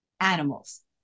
animals